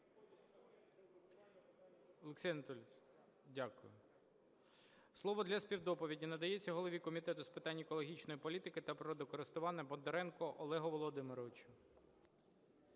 Олексій Анатолійович, дякую. Слово для співдоповіді надається голові Комітету з питань екологічної політики та природокористування Бондаренку Олегу Володимировичу.